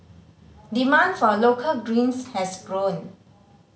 demand for a local greens has grown